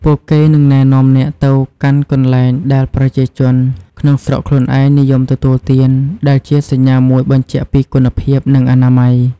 ពួកគេនឹងណែនាំអ្នកទៅកាន់កន្លែងដែលប្រជាជនក្នុងស្រុកខ្លួនឯងនិយមទទួលទាន ដែលជាសញ្ញាមួយបញ្ជាក់ពីគុណភាព និងអនាម័យ។